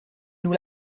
nous